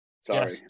sorry